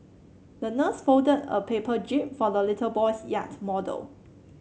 the nurse folded a paper jib for the little boy's yacht model